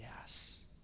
Yes